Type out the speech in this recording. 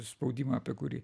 spaudimą apie kurį